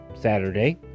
Saturday